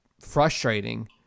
frustrating